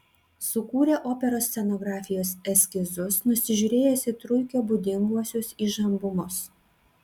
sukūrė operos scenografijos eskizus nusižiūrėjęs į truikio būdinguosius įžambumus